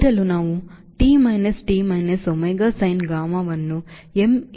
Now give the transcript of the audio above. ಏರಲು ನಾವು T minus D minus W sin gammaವನ್ನು m